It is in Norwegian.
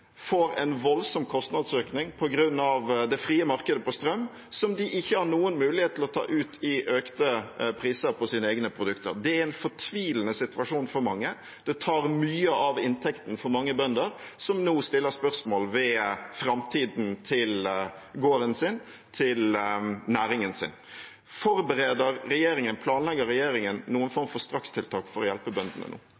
får en voldsom kostnadsøkning på grunn av det frie markedet på strøm, som de ikke har noen mulighet til å ta ut i økte priser på sine egne produkter. Det er en fortvilende situasjon for mange. Det tar mye av inntekten for mange bønder, som nå stiller spørsmål ved framtiden til gården sin og til næringen sin. Forbereder eller planlegger regjeringen noen form for